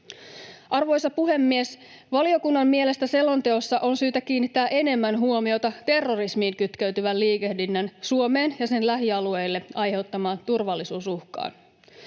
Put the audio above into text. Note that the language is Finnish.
Arvoisa puhemies! Valiokunnan mielestä selonteossa on syytä kiinnittää enemmän huomiota terrorismiin kytkeytyvän liikehdinnän Suomeen ja sen lähialueille aiheuttamaan turvallisuusuhkaan.